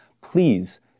please